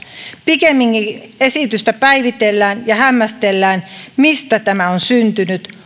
pikemminkin esitystä päivitellään ja hämmästellään mistä tämä on syntynyt